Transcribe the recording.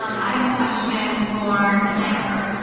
um i have a question for jennifer.